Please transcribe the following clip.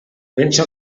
penso